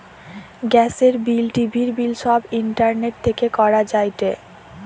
গ্যাসের বিল, টিভির বিল সব ইন্টারনেট থেকে করা যায়টে